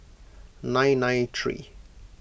nine nine three